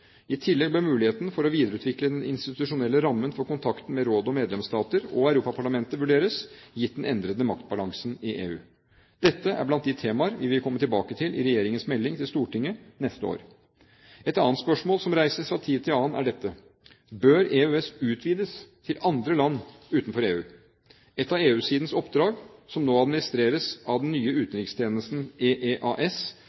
I tillegg bør muligheten for å videreutvikle den institusjonelle rammen for kontakten med rådet av medlemsstater og Europaparlamentet vurderes, gitt den endrede maktbalansen i EU. Dette er blant de temaer vi vil komme tilbake til i regjeringens melding til Stortinget neste år. Et annet spørsmål som reises fra tid til annen, er dette: Bør EØS utvides til andre land utenfor EU? Et av EU-sidens oppdrag, som nå administreres av den nye